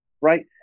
Right